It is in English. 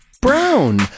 brown